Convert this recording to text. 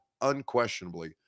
unquestionably